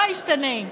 לא ישתנה.